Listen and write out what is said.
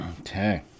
Okay